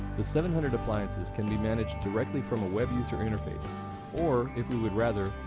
the seven hundred appliances can be managed directly from a web user interface or if you would rather,